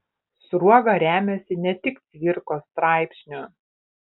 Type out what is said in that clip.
sruoga remiasi ne tik cvirkos straipsniu